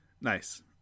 Nice